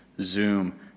Zoom